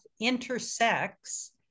intersects